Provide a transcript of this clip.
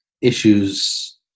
issues